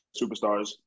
superstars